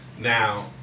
now